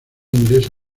inglesa